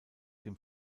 dem